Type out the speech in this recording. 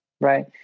right